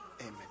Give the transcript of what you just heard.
Amen